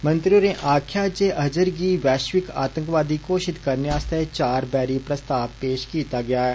मंत्री होरें आक्खेआ जे अज़हर गी वैष्विक आतंकी घोशित करने आस्ते चार बारी प्रस्ताव पेष कीता ऐ